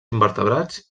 invertebrats